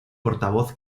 portavoz